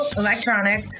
electronic